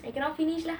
I cannot finish lah